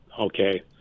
Okay